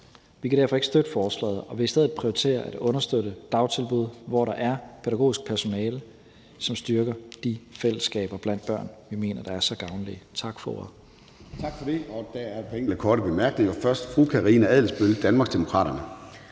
Vi kan derfor ikke støtte forslaget. Vi vil i stedet prioritere at understøtte dagtilbud, hvor der er pædagogisk personale, som styrker de fællesskaber blandt børn, som vi mener er så gavnlige. Tak for ordet.